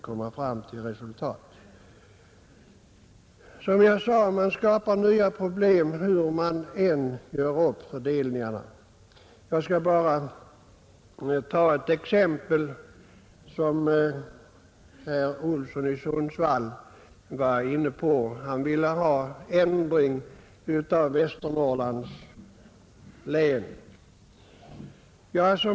Hur indelningen än görs skapar man som sagt nya problem. Jag skall bara ta upp ett exempel, som herr Olsson i Sundsvall tidigare var inne på. Han ville ha en ändring för Västernorrlands län.